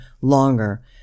longer